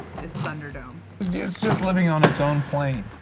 this thunder dome. yeah its just living on its own plane,